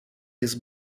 jis